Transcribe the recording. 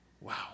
Wow